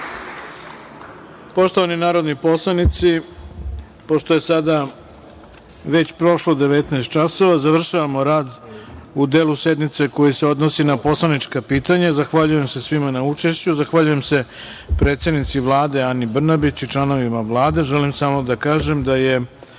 narodni poslanici, pošto je sada već prošlo 19,00 časova, završavamo rad u delu sednice koji se odnosi na poslanička pitanja. Zahvaljujem se svima na učešću. Zahvaljujem se predsednici Vlade, Ani Brnabić i članovima Vlade. Želim samo da kažem da je